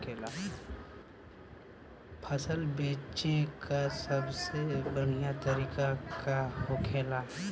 फसल बेचे का सबसे बढ़ियां तरीका का होखेला?